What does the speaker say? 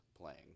playing